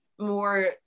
more